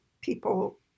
people